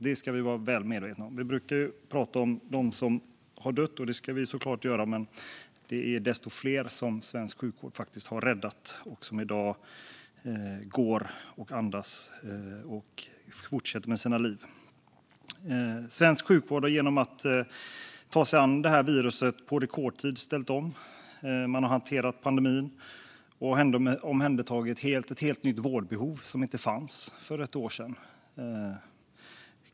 Det ska vi vara väl medvetna om. Vi brukar tala om dem som har dött, och det ska vi såklart göra, men det är desto fler som svensk sjukvård faktiskt har räddat och som i dag andas och fortsätter med sina liv. Svensk sjukvård har genom att ta sig an det här viruset på rekordtid ställt om. Man har hanterat pandemin och omhändertagit ett helt nytt vårdbehov som inte fanns för ett år sedan.